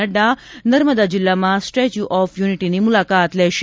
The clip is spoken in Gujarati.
નઙા નર્મદા જિલ્લામાં સ્ટેચ્યુ ઓફ યુનિટીની મુલાકાત લેશે